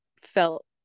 felt